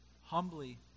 humbly